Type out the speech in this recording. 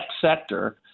sector